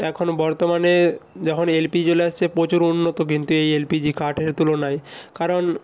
এখন বর্তমানে যখন এলপি চলে আসছে প্রচুর উন্নত কিন্তু এই এলপিজি কাঠের তুলনায় কারণ